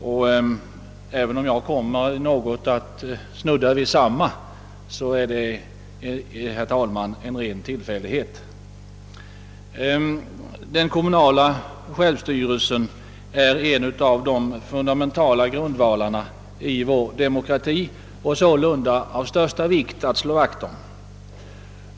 Om även jag kommer att snudda vid samma frågor, är det, herr talman, en ren tillfällighet. Den kommunala självstyrelsen är en av de fundamentala grundvalarna för vår demokrati och sålunda av största vikt att slå vakt om.